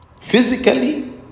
physically